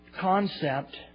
concept